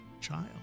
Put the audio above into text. child